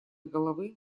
головы